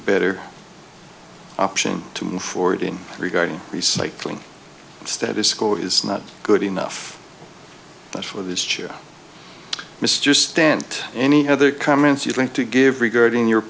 better option to move forward in regarding recycling status quo is not good enough for this chair mr stent any other comments you think to give regarding your